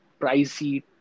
pricey